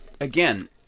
again